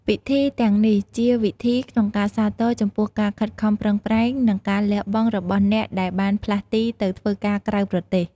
ពិធីទាំងនេះជាវិធីក្នុងការសាទរ ចំពោះការខិតខំប្រែង និងការលះបង់របស់អ្នកដែលបានផ្លាស់ទីទៅធ្វើការក្រៅប្រទេស។